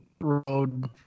road